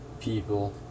people